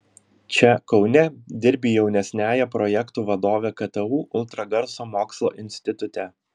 čia kaune dirbi jaunesniąja projektų vadove ktu ultragarso mokslo institute